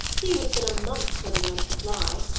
he would have been a month putting it on to the fly.